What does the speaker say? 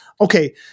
okay